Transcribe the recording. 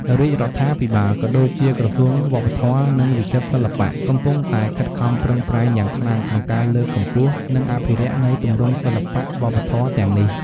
រាជរដ្ឋាភិបាល ក៏ដូចជាក្រសួងវប្បធម៌ និងវិចិត្រសិល្បៈ កំពុងតែខិតខំប្រឹងប្រែងយ៉ាងខ្លាំងក្នុងការលើកកម្ពស់ និងអភិរក្សនូវទម្រង់សិល្បៈវប្បធម៌ទាំងនេះ។